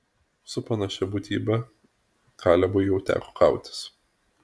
su panašia būtybe kalebui jau teko kautis